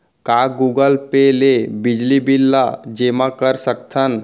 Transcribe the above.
का Google Pay ले बिजली बिल ल जेमा कर सकथन?